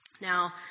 Now